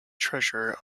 treasurer